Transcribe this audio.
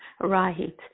right